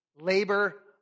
labor